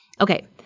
Okay